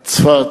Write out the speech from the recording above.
צפת.